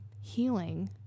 healing